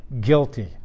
guilty